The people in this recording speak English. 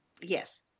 Yes